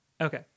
Okay